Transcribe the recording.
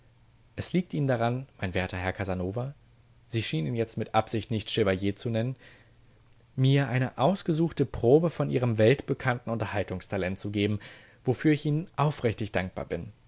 es liegt ihnen daran mein werter herr casanova sie schien ihn jetzt mit absicht nicht chevalier zu nennen mir eine ausgesuchte probe von ihrem weltbekannten unterhaltungstalent zu geben wofür ich ihnen aufrichtig dankbar bin